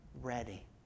ready